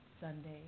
Sunday